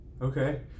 Okay